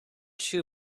shoe